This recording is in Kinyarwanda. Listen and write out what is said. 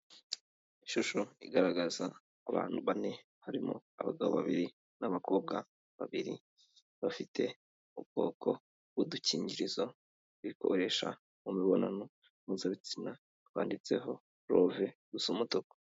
Ishusho igaragaza abantu bane, harimo abagabo babiri n'abakobwa babiri. Bafite ubwoko bw'udukingirizo bikoresha mu mibonano mpuzabitsina, twanditseho love, dusa umutuku.